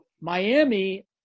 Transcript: Miami